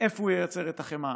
איפה הוא ייצר את החמאה,